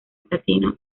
platino